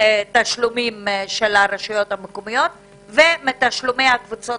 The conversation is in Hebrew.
תשלומים של הרשויות המקומיות ומתשלומי הקבוצות